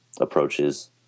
approaches